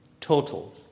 Total